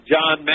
John